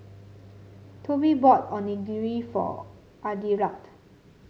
Tobi bought Onigiri for Adelard